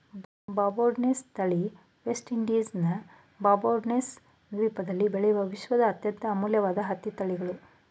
ಬಾರ್ಬಡನ್ಸ್ ತಳಿ ವೆಸ್ಟ್ ಇಂಡೀಸ್ನ ಬಾರ್ಬಡೋಸ್ ದ್ವೀಪದಲ್ಲಿ ಬೆಳೆಯುವ ವಿಶ್ವದ ಅತ್ಯಂತ ಅಮೂಲ್ಯವಾದ ಹತ್ತಿ ತಳಿಗಳು